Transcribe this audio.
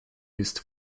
used